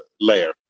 layer